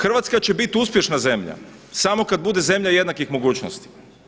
Hrvatska će biti uspješna zemlja samo kada bude zemlja jednakih mogućnosti.